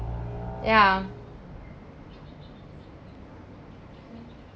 ya